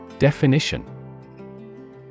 Definition